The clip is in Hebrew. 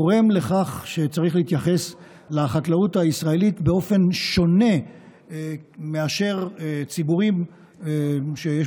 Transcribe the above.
צריך להתייחס לחקלאות הישראלית באופן שונה מאשר ציבורים שיש